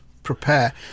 Prepare